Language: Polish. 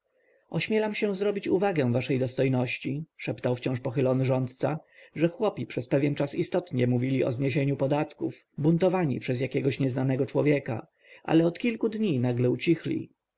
ośmielam się zrobić uwagę waszej dostojności szeptał wciąż pochylony rządca że chłopi przez pewien czas istotnie mówili o zniesieniu podatków buntowani przez jakiegoś nieznanego człowieka ale od kilku dni nagle ucichli